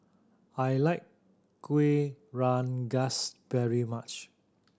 I like Kuih Rengas very much